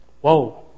Whoa